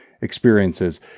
experiences